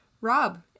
Rob